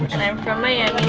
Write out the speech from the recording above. and i'm from miami.